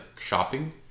shopping